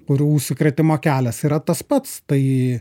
kurių užsikrėtimo kelias yra tas pats tai